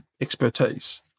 expertise